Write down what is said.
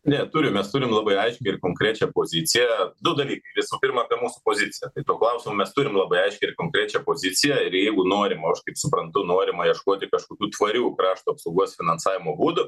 ne turim mes turim labai aiškią ir konkrečią poziciją du dalykai visų pirma apie mūsų poziciją tai tuo klausimu mes turim labai aiškią ir konkrečią poziciją ir jeigu norima aš kaip suprantu norima ieškoti kažkokių tvarių krašto apsaugos finansavimo būdų